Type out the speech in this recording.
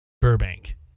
Burbank